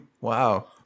Wow